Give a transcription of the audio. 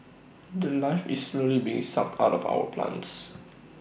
The Life is slowly being sucked out of our plants